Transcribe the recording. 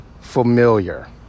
familiar